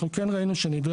שלום,